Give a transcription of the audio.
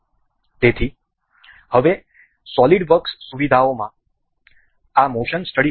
તેથી હવે SolidWorks સુવિધાઓમાં આ મોશન સ્ટડી હતો